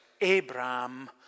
Abraham